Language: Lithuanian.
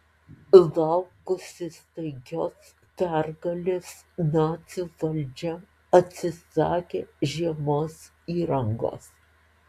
laukusi staigios pergalės nacių valdžia atsisakė žiemos įrangos